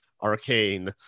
arcane